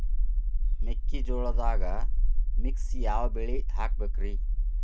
ಮೆಕ್ಕಿಜೋಳದಾಗಾ ಮಿಕ್ಸ್ ಯಾವ ಬೆಳಿ ಹಾಕಬೇಕ್ರಿ?